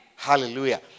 Hallelujah